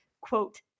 quote